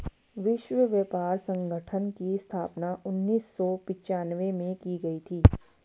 विश्व व्यापार संगठन की स्थापना उन्नीस सौ पिच्यानवे में की गई थी